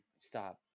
stop